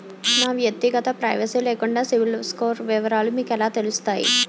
నా వ్యక్తిగత ప్రైవసీ లేకుండా సిబిల్ స్కోర్ వివరాలు మీకు ఎలా తెలుస్తాయి?